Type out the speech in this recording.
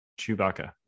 chewbacca